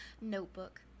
notebook